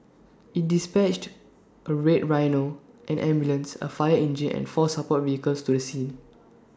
IT dispatched A red rhino an ambulance A fire engine and four support vehicles to the scene